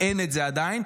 אין את זה עדיין.